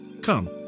Come